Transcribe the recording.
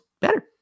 better